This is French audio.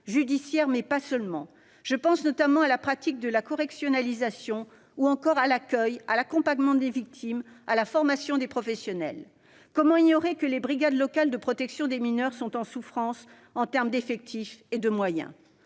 judiciaires, mais pas seulement : je pense notamment à la pratique de la correctionnalisation ou encore à l'accueil, à l'accompagnement des victimes, à la formation des professionnels. Comment ignorer que les brigades locales de protection des mineurs sont en souffrance s'agissant des effectifs et des moyens ?